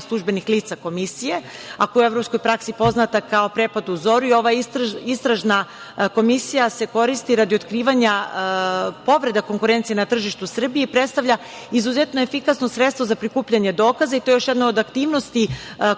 službenih lica Komisije, a koja je u evropskoj praksi poznata kao „prepad u zoru“. Ova istražna komisija se koristi radi otkrivanja povreda konkurencija na tržištu Srbije i predstavlja izuzetno efikasno sredstvo za prikupljanje dokaza. To je još jedna od aktivnosti